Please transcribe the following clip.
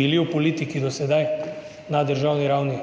bili v politiki do sedaj na državni ravni